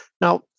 Now